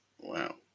Wow